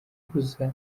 bakoze